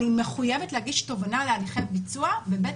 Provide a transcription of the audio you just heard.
אני מחויבת להגיש תובענה להליכי ביצוע בבתי